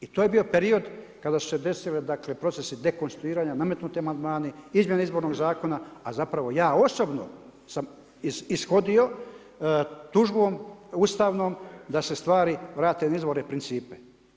I to je bio period kada su se desile procesi dekonstituiranja, nametnuti amandmani, izmjene izbornog zakona, a zapravo ja osobno sam ishodio tužbom Ustavnom da se stvari vrate na izvorne principe.